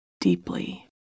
deeply